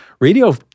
radio